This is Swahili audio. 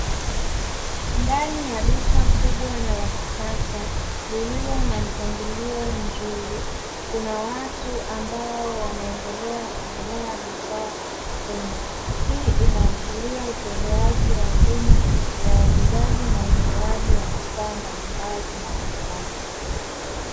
Ndani ya duka kubwa na la kisasa lililo na mpangilio mzuri, kuna watu ambao wanaendelea kununua bidhaa humo. Hii inaashiria utolewaji wa huduma ya uuzaji na ununuaji wa bidhaa mbalimbali madukani.